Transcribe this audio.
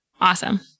Awesome